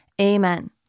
amen